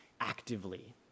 actively